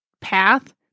path